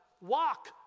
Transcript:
walk